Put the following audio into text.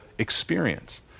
experience